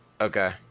Okay